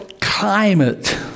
climate